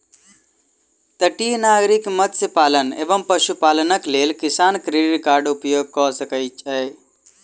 तटीय नागरिक मत्स्य पालन एवं पशुपालनक लेल किसान क्रेडिट कार्डक उपयोग कय सकै छै